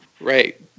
right